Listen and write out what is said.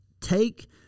take